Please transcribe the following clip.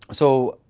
so,